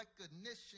recognition